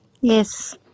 Yes